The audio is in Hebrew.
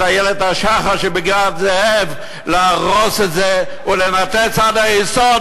"איילת השחר" שבגבעת-זאב להרוס ולנתץ עד היסוד.